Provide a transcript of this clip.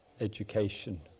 education